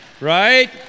right